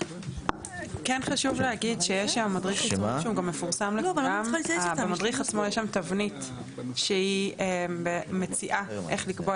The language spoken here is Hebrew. חשוב להגיד שיש מדריך שמפורסם לכולם והצעה איך לקבוע